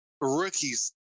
rookies